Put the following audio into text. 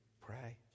Pray